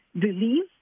believe